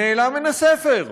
הוא נעלם מן הספר.